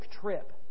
trip